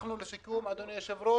אנחנו לסיכום, אדוני היושב-ראש,